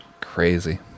Crazy